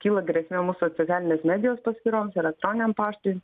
kyla grėsmė mūsų socialinės medijos paskyroms elektroniniam paštui